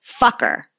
fucker